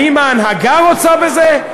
האם ההנהגה רוצה בזה?